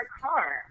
car